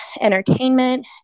entertainment